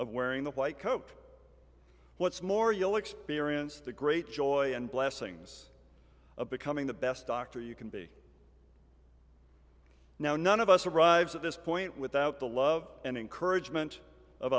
wearing the white coat what's more you'll experience the great joy and blessings of becoming the best doctor you can be now none of us arrives at this point without the love and encouragement of